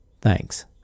Thanks